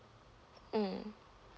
mm